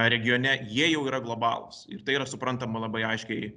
regione jie jau yra globalūs ir tai yra suprantama labai aiškiai